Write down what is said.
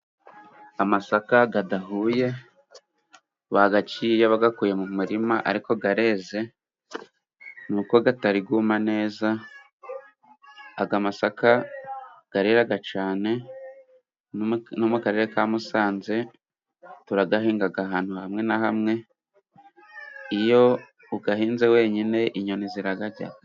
Amasaka adahuye bayaciye bayakuye mu murima ariko areze n'uko atari yuma neza, aya masaka arera cyane no mu karere ka Musanze turayahinga ahantu hamwe na hamwe. Iyo uyahinze wenyine inyoni zirayarya.